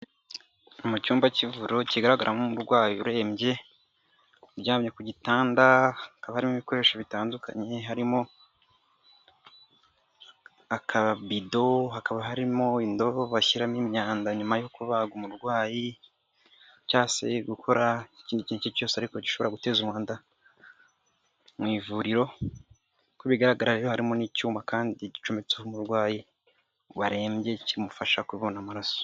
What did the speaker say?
Mu cyumba cy'ivuriro kigaragaramo umurwayi urembye uryamye ku gitanda hakaba harimo ibikoresho bitandukanye, harimo akabido, hakaba harimo indobo bashyimo imyanda nyuma yo kuba umurwayi cyase gukora ikintu icyo ari cyo cyose ariko gishobora guteza umwanda mu ivuriro, uku bigaragara hari harimo n'icyuma kandi gicumetseho umurwayi warembye kimufasha kubona amaraso.